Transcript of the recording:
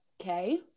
Okay